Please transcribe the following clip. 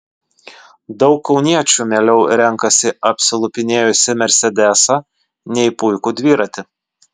daug kauniečių mieliau renkasi apsilupinėjusį mersedesą nei puikų dviratį